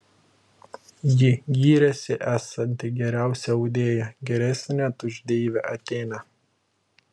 ji gyrėsi esanti geriausia audėja geresnė net už deivę atėnę